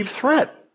threat